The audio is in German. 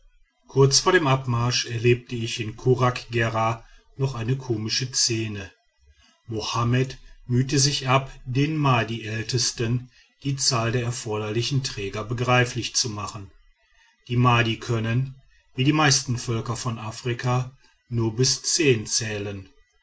kurz vor dem abmarsch erlebte ich in kuraggera noch eine komische szene mohammed mühte sich ab den madi ältesten die zahl der erforderlichen träger begreiflich zu machen die madi können wie die meisten völker von afrika nur bis zehn zählen